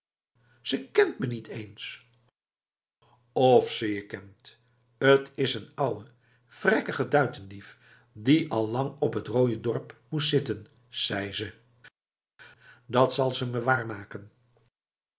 ze kent me niet eens of ze je kent t is een ouwe vrekkige duitendief die al lang op t rooie dorp moest zitten zei ze dat zal ze me